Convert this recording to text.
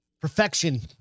Perfection